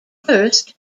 first